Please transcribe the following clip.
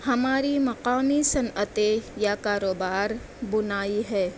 ہماری مقامی صنعتیں یا کاروبار بُنائی ہے